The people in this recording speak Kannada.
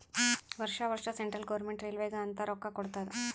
ವರ್ಷಾ ವರ್ಷಾ ಸೆಂಟ್ರಲ್ ಗೌರ್ಮೆಂಟ್ ರೈಲ್ವೇಗ ಅಂತ್ ರೊಕ್ಕಾ ಕೊಡ್ತಾದ್